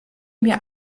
mir